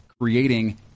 creating